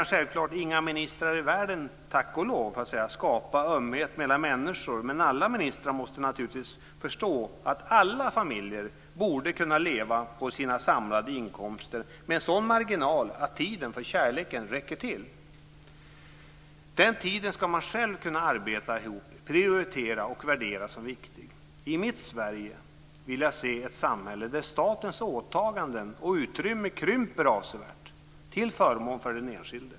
Självfallet kan inga ministrar i världen - tack och lov - skapa ömhet mellan människor, men alla ministrar måste naturligtvis förstå att alla familjer borde kunna leva på sina samlade inkomster med en sådan marginal att tiden för kärleken räcker till. Den tiden ska man själv kunna arbeta ihop, prioritera och värdera som viktig. I mitt Sverige vill jag se ett samhälle där statens åtaganden och utrymme krymper avsevärt, till förmån för den enskilde.